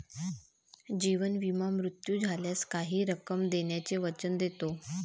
जीवन विमा मृत्यू झाल्यास काही रक्कम देण्याचे वचन देतो